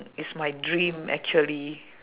it's my dream actually